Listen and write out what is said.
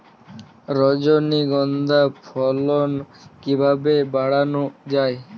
রজনীগন্ধা ফলন কিভাবে বাড়ানো যায়?